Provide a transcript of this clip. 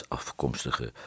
afkomstige